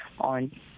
on